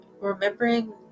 remembering